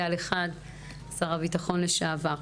שר הביטחון לשעבר,